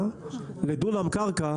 שנקבעה לו לראשונה פלוס מכסה שהוא קנה.